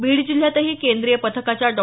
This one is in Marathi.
बीड जिल्ह्यातही केंद्रीय पथकाच्या डॉ